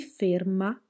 ferma